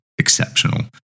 exceptional